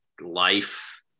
life